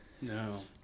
No